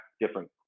different